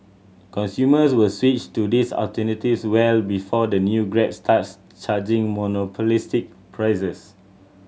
consumers will switch to these alternatives well before the new Grab starts charging monopolistic prices